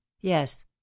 yes